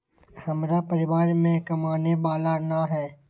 हमरा परिवार में कमाने वाला ना है?